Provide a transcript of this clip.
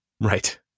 Right